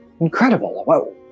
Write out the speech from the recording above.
Incredible